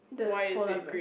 the polar bear